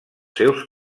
seus